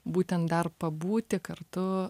būtent dar pabūti kartu